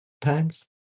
times